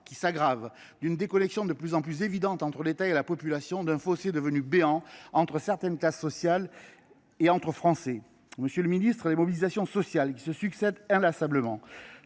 qui s’aggrave, d’une déconnexion de plus en plus évidente entre l’État et la population, d’un fossé devenu béant entre certaines classes sociales et entre Français. Monsieur le ministre, les mobilisations sociales qui se succèdent inlassablement